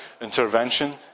intervention